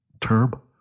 term